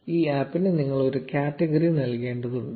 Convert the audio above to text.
ഈ ആപ്പിന് നിങ്ങൾ ഒരു കാറ്റഗറി നൽകേണ്ടതുണ്ട്